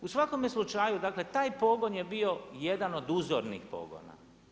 U svakome slučaju, dakle taj pogon je bio jedan od uzornih pogona.